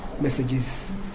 messages